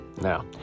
now